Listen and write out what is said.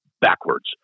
Backwards